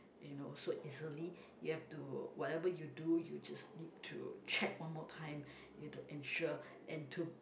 you know so easily you have to whatever you do you just need to check one more time you have to ensure and to